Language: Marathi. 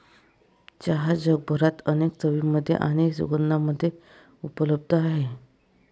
चहा जगभरात अनेक चवींमध्ये आणि सुगंधांमध्ये उपलब्ध आहे